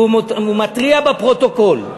והוא מתריע בפרוטוקול,